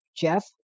jeff